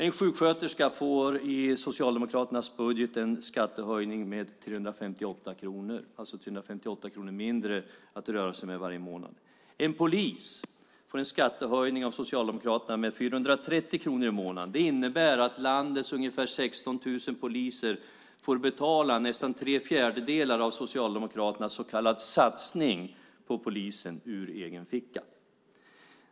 En sjuksköterska får i Socialdemokraternas budget en skattehöjning med 358 kronor. Det blir alltså 358 kronor mindre att röra sig med varje månad. En polis får en skattehöjning av Socialdemokraterna med 430 kronor i månaden. Det innebär att landets ungefär 16 000 poliser ur egen ficka får betala nästan tre fjärdedelar av Socialdemokraternas så kallade satsning på polisen.